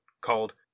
called